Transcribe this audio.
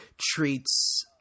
treats